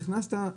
נכנסת,